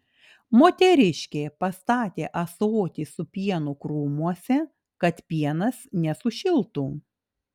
moteriškė pastatė ąsotį su pienu krūmuose kad pienas nesušiltų